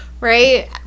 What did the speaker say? Right